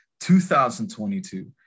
2022